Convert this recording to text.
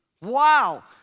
Wow